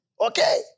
Okay